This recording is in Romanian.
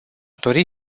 dori